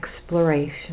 exploration